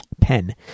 pen